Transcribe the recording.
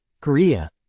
Korea